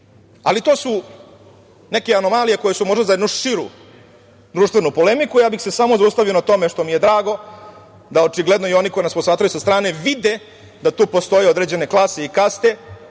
To su neke anomalije koje su možda za jednu širu društvenu polemiku. Ja bih se samo zaustavio na tome što mi je drago da očigledno da i oni koji nas posmatraju sa strane vide da tu postoje određene klase i kaste